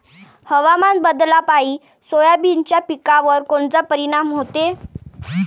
हवामान बदलापायी सोयाबीनच्या पिकावर कोनचा परिणाम होते?